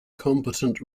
competent